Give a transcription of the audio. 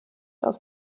auf